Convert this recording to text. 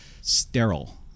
sterile